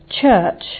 church